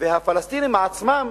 ומהפלסטינים עצמם,